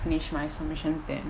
finish my submissions then